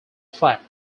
flat